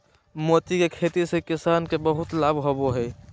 मोती के खेती से किसान के बहुत लाभ होवो हय